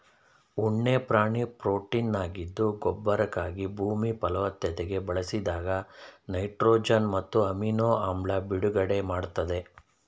ಉಣ್ಣೆ ಪ್ರಾಣಿ ಪ್ರೊಟೀನಾಗಿದ್ದು ಗೊಬ್ಬರಕ್ಕಾಗಿ ಭೂಮಿ ಫಲವತ್ತತೆಗೆ ಬಳಸಿದಾಗ ನೈಟ್ರೊಜನ್ ಮತ್ತು ಅಮಿನೊ ಆಮ್ಲ ಬಿಡುಗಡೆ ಮಾಡ್ತದೆ